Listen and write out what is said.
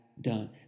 done